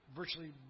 virtually